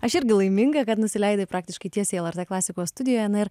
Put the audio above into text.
aš irgi laiminga kad nusileidai praktiškai tiesiai lrt klasikos studijoje na ir